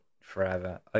forever